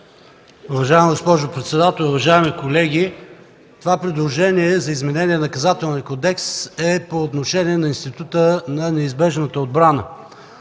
Уважаема госпожо председател, уважаеми колеги! Това предложение за изменение на Наказателния кодекс е по отношение на института на неизбежната отбрана.